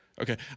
Okay